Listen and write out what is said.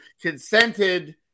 consented